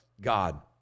God